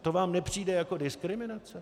To vám nepřijde jako diskriminace?